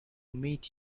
meet